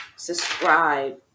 subscribe